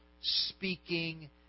speaking